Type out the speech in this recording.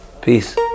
Peace